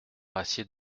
rassied